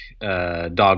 dog